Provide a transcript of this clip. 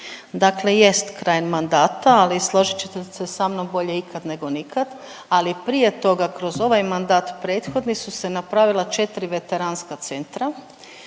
dakle jest kraj mandata, ali složit ćete se sa mnom bolje ikad nego nikad. Ali prije toga kroz ovaj mandat prethodni su se napravila četiri veteranska centra